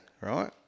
Right